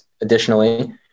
Additionally